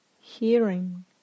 hearing